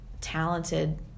talented